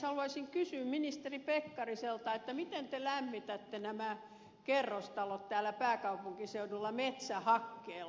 haluaisin kysyä ministeri pekkariselta miten te lämmitätte nämä kerrostalot täällä pääkaupunkiseudulla metsähakkeella